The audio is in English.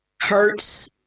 hurts